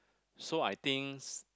so I think s~